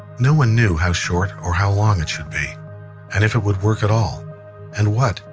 no one knew how short or how long it should be and if it would work at all and what,